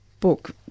book